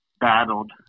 Battled